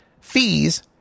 fees